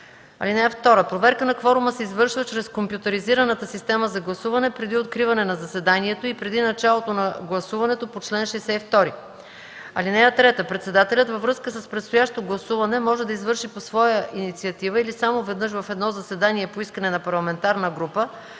(2) Проверка на кворум се извършва чрез компютъризираната система за гласуване преди откриване на заседанието и преди началото на гласуването по чл. 62. (3) Председателят, във връзка с предстоящо гласуване, може да извърши по своя инициатива или само веднъж в едно заседание по искане на парламентарна група